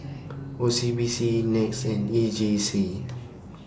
O C B C Nets and E J C